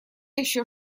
еще